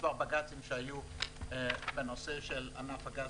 במספר בג"צים שהיו בנושא של ענף הגז